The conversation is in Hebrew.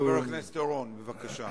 חבר הכנסת אורון, בבקשה.